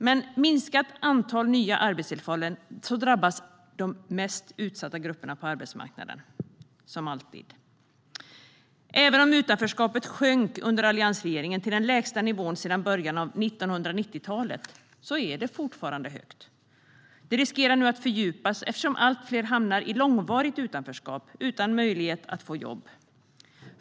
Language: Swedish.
Med ett minskat antal nya arbetstillfällen drabbas, som alltid, de mest utsatta grupperna på arbetsmarknaden. Även om utanförskapet sjönk under alliansregeringen, till den lägsta nivån sedan början av 1990-talet, är det fortfarande högt. Det riskerar nu att fördjupas eftersom allt fler hamnar i långvarigt utanförskap utan möjlighet att få jobb.